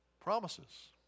promises